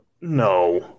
No